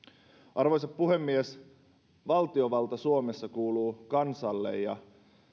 arvoisa puhemies valtiovalta suomessa kuuluu kansalle ja